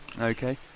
Okay